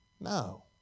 no